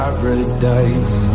Paradise